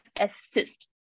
ASSIST